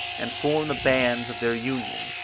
and form the bands of their union.